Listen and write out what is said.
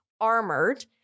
Armored